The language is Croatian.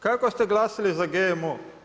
Kako ste glasali za GMO?